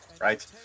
Right